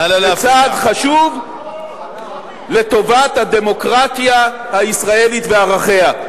זה צעד חשוב לטובת הדמוקרטיה הישראלית וערכיה.